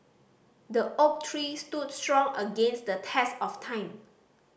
the oak tree stood strong against the test of time